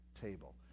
table